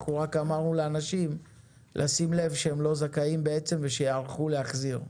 אנחנו רק אמרנו לאנשים לשים לב שהם לא זכאים בעצם ושיערכו להחזיר.